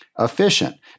Efficient